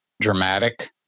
dramatic